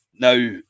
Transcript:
Now